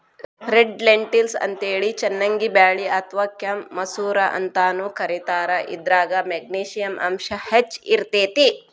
red lentils ಅಂತೇಳಿ ಚನ್ನಂಗಿ ಬ್ಯಾಳಿ ಅತ್ವಾ ಕೆಂಪ್ ಮಸೂರ ಅಂತಾನೂ ಕರೇತಾರ, ಇದ್ರಾಗ ಮೆಗ್ನಿಶಿಯಂ ಅಂಶ ಹೆಚ್ಚ್ ಇರ್ತೇತಿ